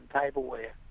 tableware